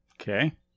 Okay